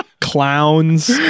Clowns